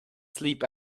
sleep